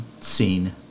scene